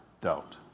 doubt